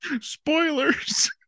spoilers